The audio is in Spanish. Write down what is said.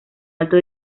alto